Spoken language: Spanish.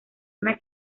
una